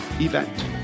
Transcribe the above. event